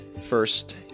first